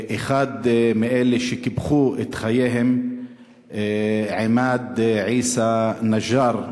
אחד מאלה שקיפחו את חייהם הוא עימאד עיסא נג'אר,